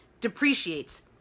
depreciates